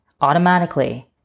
automatically